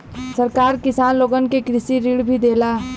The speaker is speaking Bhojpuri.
सरकार किसान लोगन के कृषि ऋण भी देला